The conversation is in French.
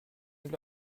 nuit